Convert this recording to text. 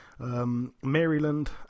Maryland